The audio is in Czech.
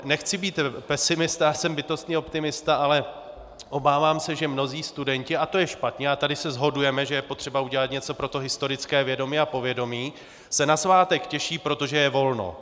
Nechci být pesimista, jsem bytostný optimista, ale obávám se, že mnozí studenti, a to je špatně, a tady se shodujeme, že je potřeba udělat něco pro historické vědomí a povědomí, se na svátek těší, protože je volno.